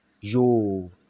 yo